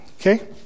okay